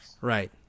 Right